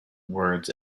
words